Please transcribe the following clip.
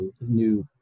new